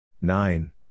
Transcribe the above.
Nine